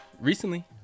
Recently